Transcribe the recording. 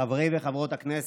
חברי וחברות הכנסת,